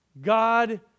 God